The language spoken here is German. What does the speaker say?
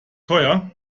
teuer